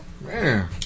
Man